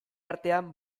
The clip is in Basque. artean